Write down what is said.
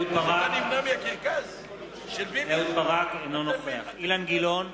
ברק, אינו נוכח אילן גילאון,